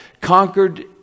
conquered